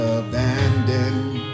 abandoned